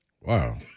Wow